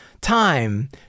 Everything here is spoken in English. time